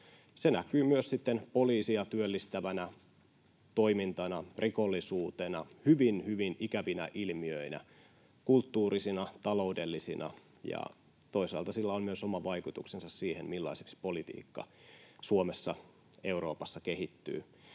Se näkyy myös sitten poliisia työllistävänä toimintana, rikollisuutena, hyvin, hyvin ikävinä ilmiöinä, kulttuurisina, taloudellisina, ja toisaalta sillä on oma vaikutuksensa myös siihen, millaiseksi politiikka Suomessa, Euroopassa kehittyy.